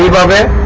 of it